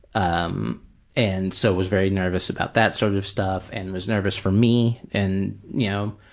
um and so was very nervous about that sort of stuff and was nervous for me and, you know,